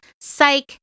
psych